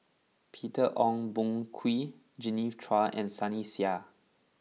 Peter Ong Boon Kwee Genevieve Chua and Sunny Sia